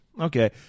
Okay